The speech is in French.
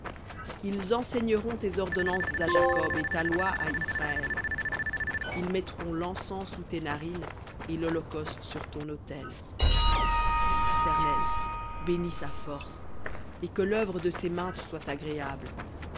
ils enseigneront tes ordonnances à jacob et ta loi à israël ils mettront l'encens sous tes narines et l'holocauste sur ton autel éternel bénis sa force et que l'œuvre de ses mains te soit agréable